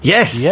Yes